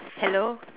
hello